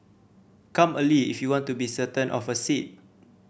come early if you want to be certain of a seat